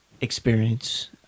experience